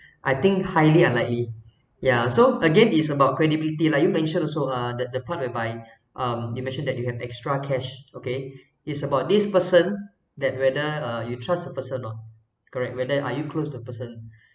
I think highly unlikely ya so again it's about credibility like you mention also lah that the part whereby um you mentioned that you have extra cash okay it's about this person that whether uh you trust a person or not correct whether are you close to person